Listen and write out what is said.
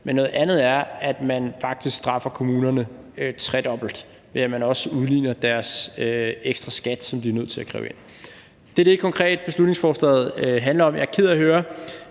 noget andet er, at man faktisk straffer kommunerne tredobbelt, ved at man også udligner deres ekstra skat, som de er nødt til at kræve ind. Det er det, som beslutningsforslaget konkret handler om. Jeg er ked af at høre,